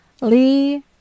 Lee